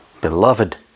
Beloved